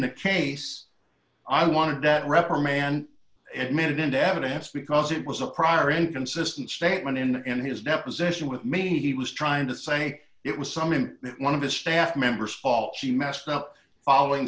the case i wanted that reprimand it minute into evidence because it was a prior inconsistent statement in in his deposition with me he was trying to say it was some in one of his staff members all she messed up following